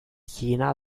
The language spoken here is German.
jena